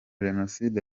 jenoside